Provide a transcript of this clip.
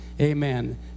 Amen